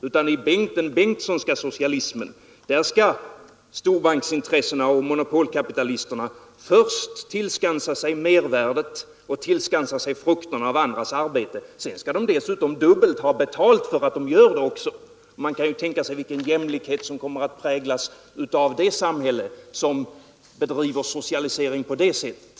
Enligt den Bengtssonska socialismen skall storbanksintressena och kapitalisterna först tillskansa sig mervärdet och frukterna av andras arbete; sedan skall de också ha betalt för att de gör det. Man kan ju tänka sig vilken jämlikhet som kommer att prägla det samhälle som bedriver socialisering på det sättet.